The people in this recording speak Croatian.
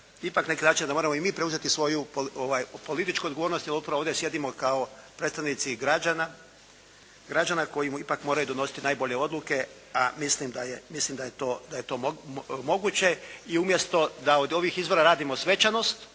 na neki način moramo i mi preuzeti svoju političku odgovornost, jer upravo ovdje sjedimo kao predstavnici građana koji ipak moraju donositi najbolje odluke, a mislim da je to moguće i umjesto da od ovih izbora radimo svečanost